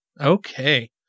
Okay